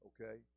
okay